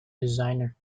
designer